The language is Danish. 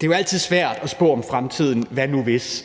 Det er jo altid svært at spå om fremtiden – hvad nu, hvis ...–